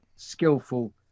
Skillful